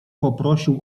poprosił